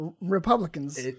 Republicans